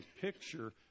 picture